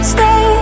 Stay